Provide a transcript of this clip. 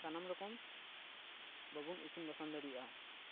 ᱥᱟᱱᱟᱢ ᱨᱚᱠᱚᱢ ᱵᱟ ᱵᱩᱱ ᱤᱥᱤᱱ ᱵᱟᱥᱟᱝ ᱫᱟᱲᱮᱭᱟᱜᱼᱟ